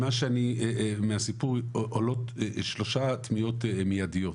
מהסיפור עולות שלושה תמיהות מידיות,